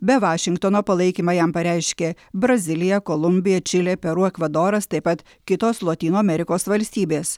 be vašingtono palaikymą jam pareiškė brazilija kolumbija čilė peru ekvadoras taip pat kitos lotynų amerikos valstybės